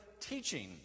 teaching